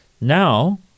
Now